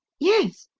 yes.